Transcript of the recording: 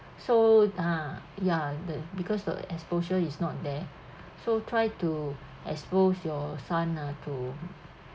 so ah ya the because the exposure is not there so try to expose your son ah to